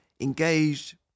engaged